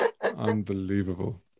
unbelievable